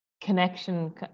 connection